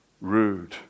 rude